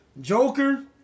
Joker